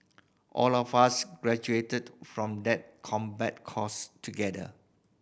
all of us graduated from that combat course together